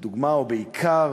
לדוגמה או בעיקר,